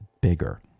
bigger